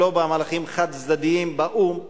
ולא במהלכים חד-צדדיים באו"ם.